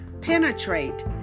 penetrate